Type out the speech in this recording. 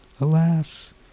Alas